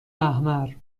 احمر